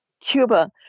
Cuba